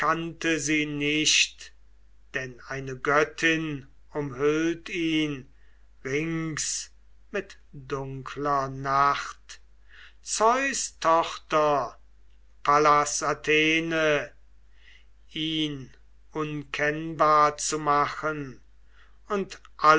nicht denn eine göttin umhüllt ihn rings mit dunkler nacht zeus tochter pallas athene ihn unkennbar zu machen und